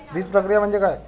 बीजप्रक्रिया म्हणजे काय?